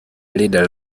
leader